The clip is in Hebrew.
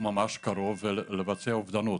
ממש קרוב לבצע אובדנות